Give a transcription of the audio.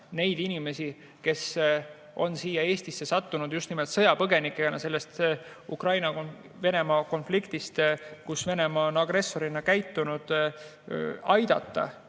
neid inimesi, kes on Eestisse sattunud just nimelt sõjapõgenikena sellest Ukraina-Venemaa konfliktist, kus Venemaa on agressorina käitunud.